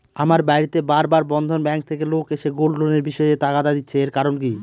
আমার বাড়িতে বার বার বন্ধন ব্যাংক থেকে লোক এসে গোল্ড লোনের বিষয়ে তাগাদা দিচ্ছে এর কারণ কি?